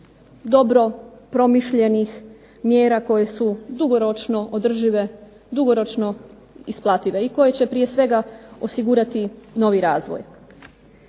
dobro promišljenih mjera koje su dugoročno održive, dugoročno isplative i koje će prije svega osigurati novi razvoj.